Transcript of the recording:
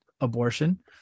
abortion